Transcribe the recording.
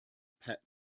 pet